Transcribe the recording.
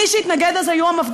מי שהתנגדו אז היו המפד"ל,